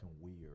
weird